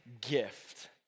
gift